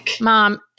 mom